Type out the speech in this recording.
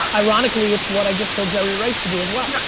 um ironically, it's what i just told jerry rice to do as well.